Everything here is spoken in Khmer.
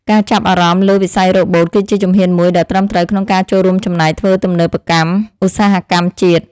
ការចាប់អារម្មណ៍លើវិស័យរ៉ូបូត គឺជាជំហានមួយដ៏ត្រឹមត្រូវក្នុងការចូលរួមចំណែកធ្វើទំនើបកម្មឧស្សាហកម្មជាតិ។